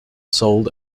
sold